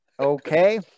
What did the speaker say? okay